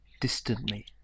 Distantly